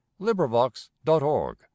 LibriVox.org